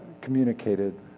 communicated